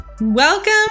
Welcome